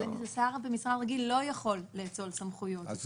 לא, שר במשרד רגיל לא יכול לאצול סמכויות.